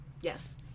Yes